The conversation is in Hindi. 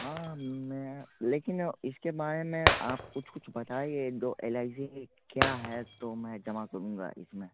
हाँ मैं लेकिन इसके बारे में आप कुछ कुछ बताइए दो एल आइ सी क्या है तो मैं जमा करूँगा इसमें